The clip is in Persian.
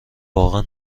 واقعا